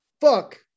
fuck